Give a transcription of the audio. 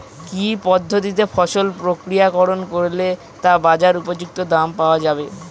কি পদ্ধতিতে ফসল প্রক্রিয়াকরণ করলে তা বাজার উপযুক্ত দাম পাওয়া যাবে?